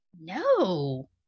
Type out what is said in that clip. No